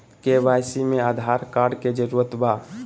KYC में Aadhaar card के जरूरत बा?